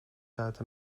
zuid